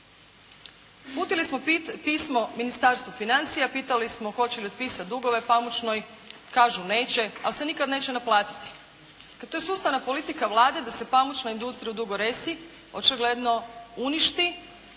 Uputili smo pismo Ministarstvu financija, pitali smo hoće li otpisati dugove pamučnoj, kažu neće ali se nikad neće naplatiti. Dakle, to je sustavna politika Vlade da se pamučna industrija u Dugoj Resi očigledno uništi,